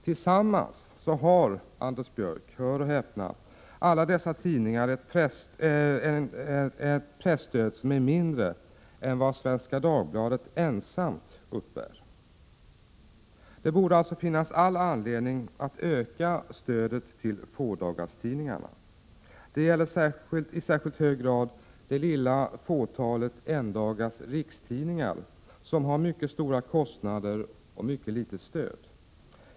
Tillsammans har — Anders Björck! Hör och häpna! — alla dessa tidningar ett presstöd som är mindre än vad Svenska Dagbladet ensamt uppbär. Det borde alltså finnas all anledning att öka stödet till fådagarstidningarna. Detta gäller i särskilt hög grad det lilla fåtalet endags-rikstidningar, som har mycket stora kostnader och mycket litet stöd.